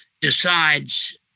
decides